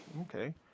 Okay